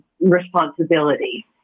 responsibility